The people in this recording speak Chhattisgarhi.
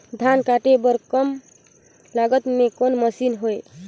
धान काटे बर कम लागत मे कौन मशीन हवय?